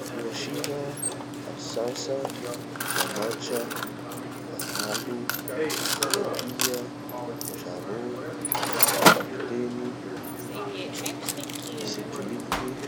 fia sira, atsantsa, lamantra, amalo, tilapia, charot, kapiteny, tsikiliboky